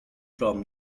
from